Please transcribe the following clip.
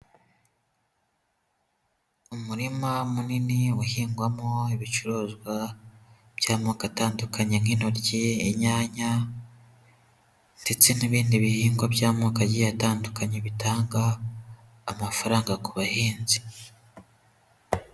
Umurima munini uhingwamo ibicuruzwa by'amoko atandukanye nk'intoryi, inyanya, ndetse n'ibindi bihingwa by'amoko agiye atandukanye, bitanga amafaranga ku bahinzi.